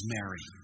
Mary